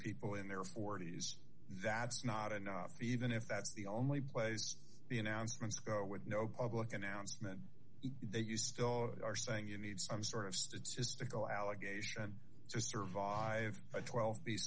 people in their forty's that's not enough even if that's the only place the announcements go with no public announcement you still are saying you need some sort of statistical allegation to survive a twelve